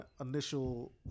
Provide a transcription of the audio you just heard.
initial